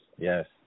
yes